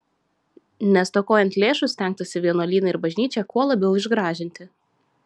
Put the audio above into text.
nestokojant lėšų stengtasi vienuolyną ir bažnyčią kuo labiau išgražinti